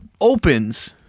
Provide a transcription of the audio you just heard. Opens